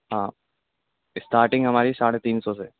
ہاں اسٹارٹنگ ہماری ساڑھے تین سو سے